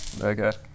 Okay